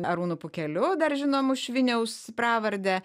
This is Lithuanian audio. arūnu pukeliu dar žinomu šviniaus pravardę